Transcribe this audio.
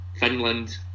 Finland